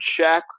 Shaq